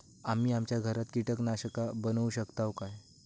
आम्ही आमच्या घरात कीटकनाशका बनवू शकताव काय?